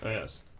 yes.